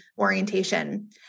orientation